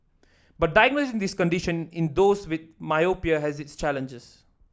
but diagnosing this condition in those with myopia has its challenges